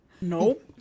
Nope